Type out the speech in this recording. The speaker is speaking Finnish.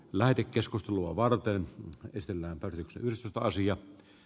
lähetekeskustelua varten kysellään pari tylsä asia